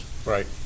Right